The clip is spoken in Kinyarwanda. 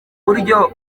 buryo